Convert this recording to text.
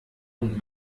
und